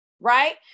Right